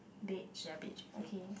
beige okay